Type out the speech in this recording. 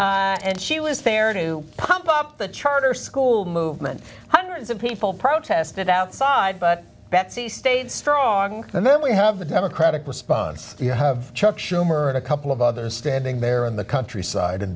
level and she was there to pump up the charter school movement hundreds of people protested outside but betsy stayed strong and then we have the democratic response you have chuck schumer and a couple of others standing there in the countryside in